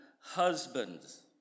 husbands